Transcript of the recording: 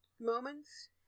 moments